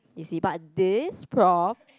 you see but this prof